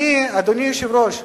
אדוני היושב-ראש,